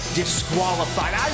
disqualified